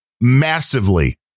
massively